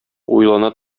уйлана